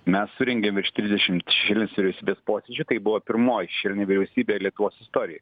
mes surengėm virš trisdešimt šešėlinės vyriausybės posėdžių tai buvo pirmoji šešėlinė vyriausybė lietuvos istorijoj